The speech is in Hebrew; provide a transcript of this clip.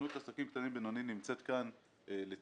הסוכנות לעסקים קטנים ובינוניים נמצאת כאן לצדי.